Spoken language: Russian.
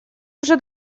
уже